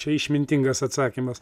čia išmintingas atsakymas